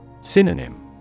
Synonym